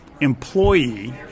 employee